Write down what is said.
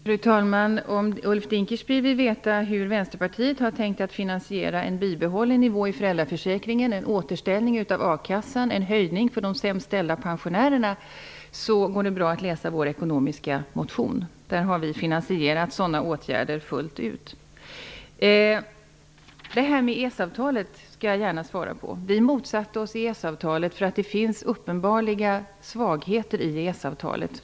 Fru talman! Om Ulf Dinkelspiel vill veta hur Vänsterpartiet har tänkt finansiera en bibehållen nivå i föräldraförsäkringen, en återställning av akassan och en höjning av pensionen för de sämst ställda pensionärerna kan han läsa vår ekonomiska motion. Där har vi finansierat sådana åtgärder fullt ut. När det gäller EES-avtalet skall jag gärna ge ett svar. Vi motsatte oss EES-avtalet därför att det finns uppenbara svagheter i detta avtal.